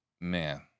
Man